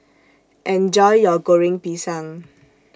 Enjoy your Goreng Pisang